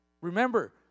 remember